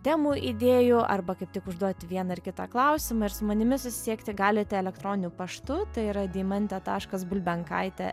temų idėjų arba kaip tik užduoti vieną ar kitą klausimą ir su manimi susisiekti galite elektroniniu paštu tai yra deimantė taškas bulbenkaitė